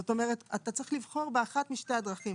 זאת אומרת, אתה צריך לבחור באחת משתי הדרכים.